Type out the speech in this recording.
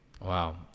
Wow